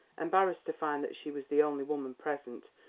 embarrassed to find that she was the only woman present,